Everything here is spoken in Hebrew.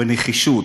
בנחישות.